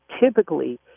typically